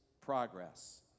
progress